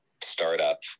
startup